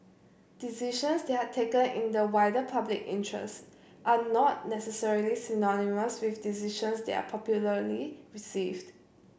decisions that are taken in the wider public interest are not necessarily synonymous with decisions that are popularly received